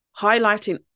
highlighting